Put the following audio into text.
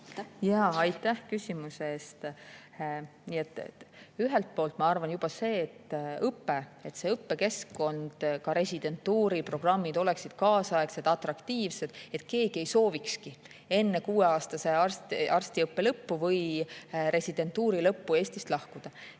Aitäh küsimuse eest! Ühelt poolt, ma arvan, [on oluline] juba see, et õpe, õppekeskkond ja ka residentuuriprogrammid oleksid kaasaegsed ja atraktiivsed, et keegi ei soovikski enne kuueaastase arstiõppe lõppu või residentuuri lõppu Eestist lahkuda.